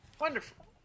Wonderful